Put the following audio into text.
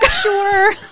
sure